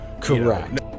Correct